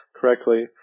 correctly